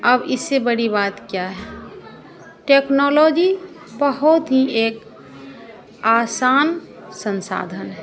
अब इससे बड़ी बात क्या है टेक्नोलॉजी बहुत ही एक आसान संसाधन है